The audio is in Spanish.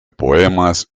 poemas